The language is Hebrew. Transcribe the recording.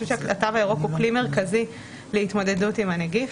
שהתו הירוק הוא כלי מרכזי להתמודדות עם הנגיף,